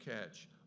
catch